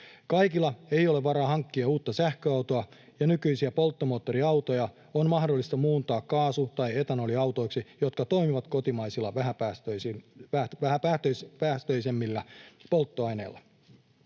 Kaikilla ei ole varaa hankkia uutta sähköautoa, ja nykyisiä polttomoottoriautoja on mahdollista muuntaa kaasu- tai etanoliautoiksi, jotka toimivat kotimaisilla vähäpäästöisemmillä polttoaineilla.